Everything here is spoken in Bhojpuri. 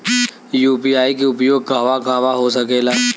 यू.पी.आई के उपयोग कहवा कहवा हो सकेला?